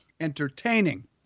entertaining